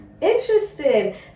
Interesting